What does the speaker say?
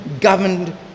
governed